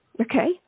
Okay